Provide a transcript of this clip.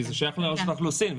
כי זה שייך לרשות האוכלוסין.